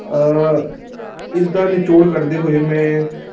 ਇਸ ਦਾ ਨਿਚੋੜ ਕੱਢਦੇ ਹੋਏ ਮੈਂ